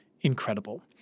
incredible